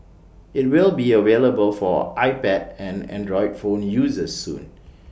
IT will be available for iPad and Android phone users soon